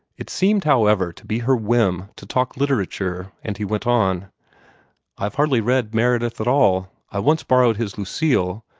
it seemed, however, to be her whim to talk literature, and he went on i've hardly read meredith at all. i once borrowed his lucile,